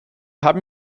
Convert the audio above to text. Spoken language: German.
haben